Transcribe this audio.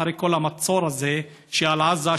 אחרי כל המצור הזה שעל עזה,